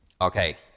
Okay